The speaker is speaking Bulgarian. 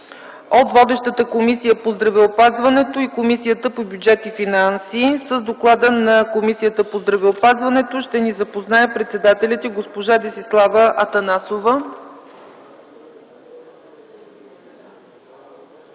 от водещата комисия – Комисията по здравеопазването, и Комисията по бюджет и финанси. С доклада на Комисията по здравеопазването ще ни запознае председателят й госпожа Десислава Атанасова.